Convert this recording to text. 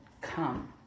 come